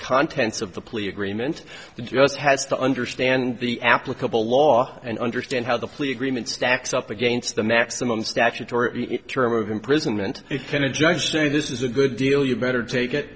contents of the plea agreement that just has to understand the applicable law and understand how the plea agreement stacks up against the maximum statutory term of imprisonment it can a judge say this is a good deal you better take it